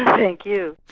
thank you.